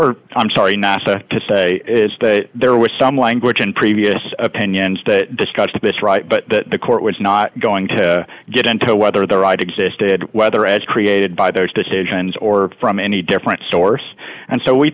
are i'm sorry not to say that there was some language in previous opinions that discussed this right but that the court was not going to get into whether the right existed whether as created by those decisions or from any different source and so we